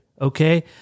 okay